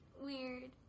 weird